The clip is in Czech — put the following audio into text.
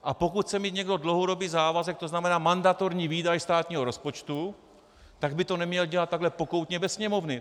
A pokud chce mít někdo dlouhodobý závazek, tzn. mandatorní výdaj státního rozpočtu, tak by to neměl dělat takhle pokoutně bez Sněmovny.